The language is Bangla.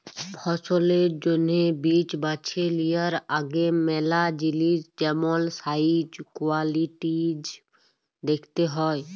ফসলের জ্যনহে বীজ বাছে লিয়ার আগে ম্যালা জিলিস যেমল সাইজ, কোয়ালিটিজ দ্যাখতে হ্যয়